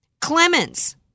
Clemens